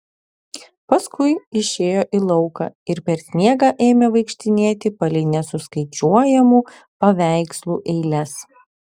paskui išėjo į lauką ir per sniegą ėmė vaikštinėti palei nesuskaičiuojamų paveikslų eiles